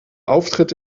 auftritt